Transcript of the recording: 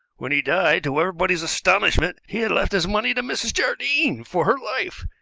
when he died, to everybody's astonishment he had left his money to mrs. jardine for her life.